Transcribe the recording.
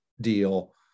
deal